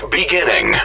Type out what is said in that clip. beginning